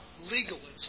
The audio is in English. legalism